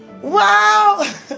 Wow